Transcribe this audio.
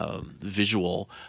visual